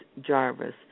Jarvis